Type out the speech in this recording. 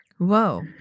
Whoa